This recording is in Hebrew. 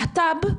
להט"ב,